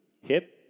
Hip